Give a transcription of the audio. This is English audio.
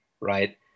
right